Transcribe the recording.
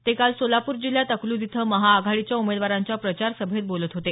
ते काल सोलापूर जिल्ह्यात अकलूज इथं महाआघाडीच्या उमेदवारांच्या प्रचारसभेत बोलत होते